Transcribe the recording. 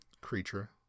creature